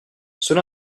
cela